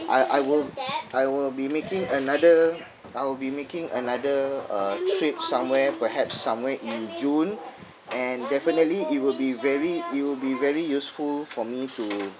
I I will I will be making another I will be making another uh trip somewhere perhaps somewhere in june and definitely it will be very it will be very useful for me to